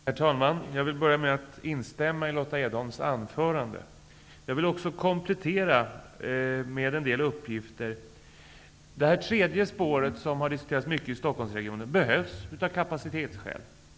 Herr talman! Jag vill börja med att instämma i Lotta Edholms anförande. Jag vill också komplettera med en del uppgifter. Det tredje spåret, som har diskuterats mycket i Stockholmsregionen, behövs av kapacitetsskäl.